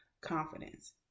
confidence